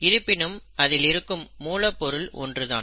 இருப்பினும் அதில் இருக்கும் மூலப் பொருள் ஒன்றுதான்